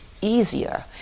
easier